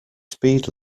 speed